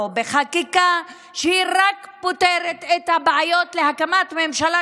בחקיקה שפותרת רק את הבעיות של הקמת ממשלה,